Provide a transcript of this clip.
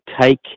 take